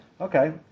Okay